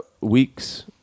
weeks